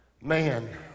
man